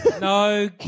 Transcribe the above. No